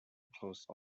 closed